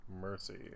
Mercy